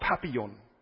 Papillon